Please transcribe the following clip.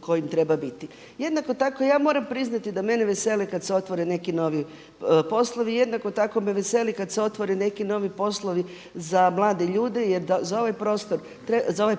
kojim treba biti. Jednako tako ja moram priznati da mene vesele kada se otvore neki novi poslovi, jednako tako me veseli kada se otvore neki novi poslovi za mlade ljude jer za ovaj